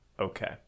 okay